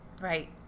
Right